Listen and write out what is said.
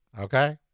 Okay